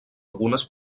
algunes